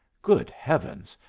good heavens!